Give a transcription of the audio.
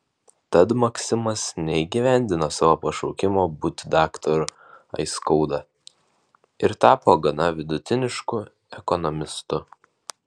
tad maksimas neįgyvendino savo pašaukimo būti daktaru aiskauda ir tapo gana vidutinišku ekonomistu